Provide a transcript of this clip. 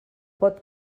pot